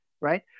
right